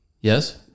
Yes